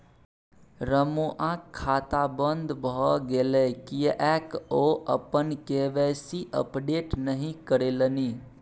रमुआक खाता बन्द भए गेलै किएक ओ अपन के.वाई.सी अपडेट नहि करेलनि?